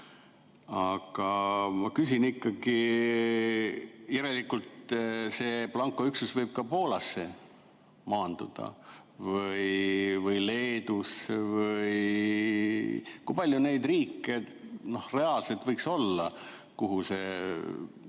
Aga ma küsin ikkagi. Järelikult see blankoüksus võib ka Poolasse maanduda või Leedusse või ... Kui palju neid riike reaalselt võiks olla, kuhu see